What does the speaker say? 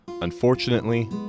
Unfortunately